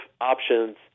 options